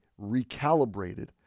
recalibrated